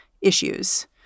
issues